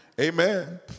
Amen